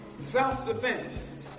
self-defense